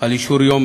על אישור יום